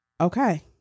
okay